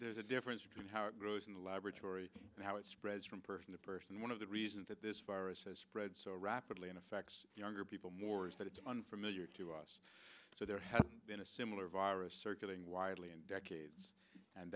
there's a difference between how it grows in the laboratory and how it spreads from person to person one of the reasons that this virus has spread so rapidly and affects younger people more is that it's unfamiliar to us so there has been a similar virus circulating widely in decades and